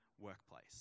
workplace